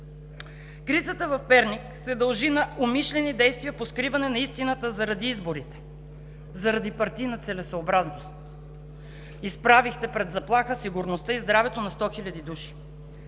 Кризата в Перник се дължи на умишлени действия по скриване на истината заради изборите, заради партийна целесъобразност. Изправихте пред заплаха сигурността и здравето на 100 хиляди души.